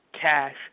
cash